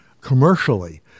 commercially